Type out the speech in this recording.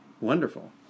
wonderful